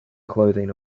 clothing